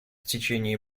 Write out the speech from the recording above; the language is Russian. течение